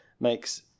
makes